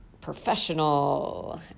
professional